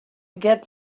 get